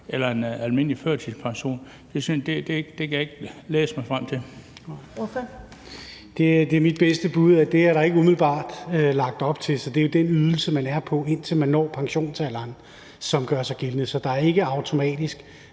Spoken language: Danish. Ellemann): Ordføreren. Kl. 13:58 Henrik Møller (S): Det er mit bedste bud, at der ikke umiddelbart er lagt op til det. Så det er den ydelse, man er på, indtil man når pensionsalderen, som gør sig gældende. Så det er ikke automatisk,